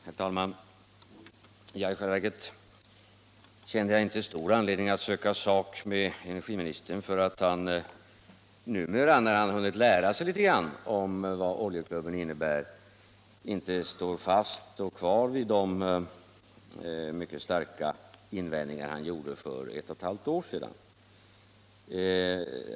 Herr talman! I själva verket kände jag inte stor anledning att söka sak med energiministern därför att han numera, sedan han hunnit lära sig litet om vad medlemskapet i Oljeklubben innebär, inte står kvar vid de mycket starka invändningar han gjorde för ett och ett halvt år sedan.